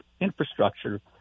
infrastructure